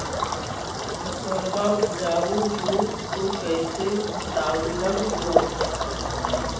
फसलबा उपजाऊ हू तो कैसे तौउलब हो?